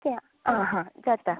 okay आं हां जाता